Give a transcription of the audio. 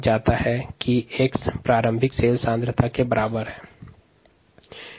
समीकरण में 𝑥 प्रारंभिक कोशिका सांद्रता के बराबर है